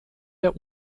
der